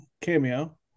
cameo